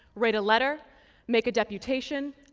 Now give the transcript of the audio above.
write a letter make a deputation,